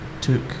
took